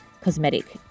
cosmetic